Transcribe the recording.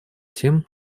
тем